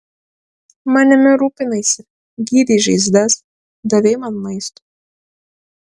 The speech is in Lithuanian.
manimi rūpinaisi gydei žaizdas davei man maisto